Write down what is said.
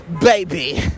baby